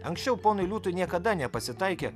anksčiau ponui liūtui niekada nepasitaikė